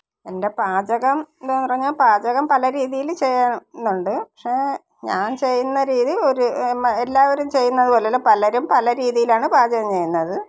എൻ്റെ പാചകം എന്നു പറഞ്ഞാൽ പാചകം പല രീതിയിൽ ചെയ്യണമെന്നുണ്ട് പക്ഷേ ഞാൻ ചെയ്യുന്ന രീതി ഒരു മ എല്ലാവരും ചെയ്യുന്നത് പോലെയല്ല പലരും പല രീതിയിലാണ് പാചകം ചെയ്യുന്നത്